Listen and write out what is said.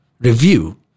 review